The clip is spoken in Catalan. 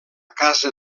casa